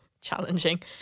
challenging